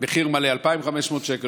מחיר מלא, 2,500 שקל.